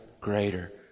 greater